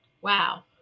Wow